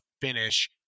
finish